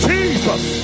Jesus